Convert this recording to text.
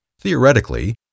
Theoretically